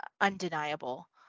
undeniable